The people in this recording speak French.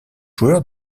joueur